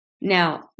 Now